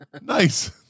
Nice